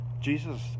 Jesus